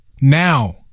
now